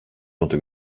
notu